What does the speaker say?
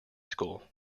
school